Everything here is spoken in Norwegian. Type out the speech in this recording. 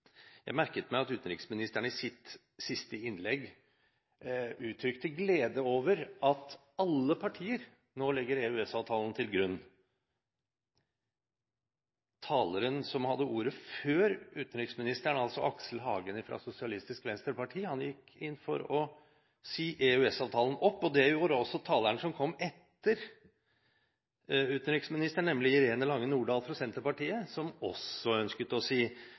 Jeg merket meg at utenriksministeren i sitt siste innlegg uttrykte glede over at alle partier nå legger EØS-avtalen til grunn. Taleren som hadde ordet før utenriksministeren, altså Aksel Hagen fra Sosialistisk Venstreparti, gikk inn for å si opp EØS-avtalen, og det gjorde også taleren som kom etter utenriksministeren, nemlig Irene Lange Nordahl fra Senterpartiet – hun ønsket også å si